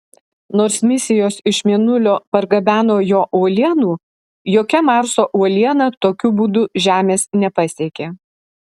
nors misijos iš mėnulio pargabeno jo uolienų jokia marso uoliena tokiu būdu žemės nepasiekė